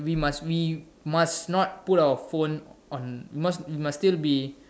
we must we must not put our phone on we must we must still be